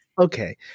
Okay